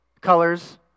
Colors